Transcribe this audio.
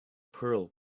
pearl